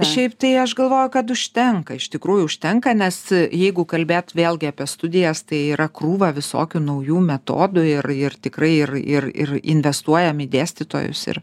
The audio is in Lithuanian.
šiaip tai aš galvoju kad užtenka iš tikrųjų užtenka nes jeigu kalbėt vėlgi apie studijas tai yra krūva visokių naujų metodų ir ir tikrai ir ir ir investuojam į dėstytojus ir